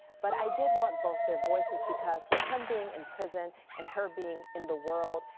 but i did want both their voices, because with him being in prison and her being in the world,